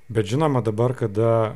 bet žinoma dabar kada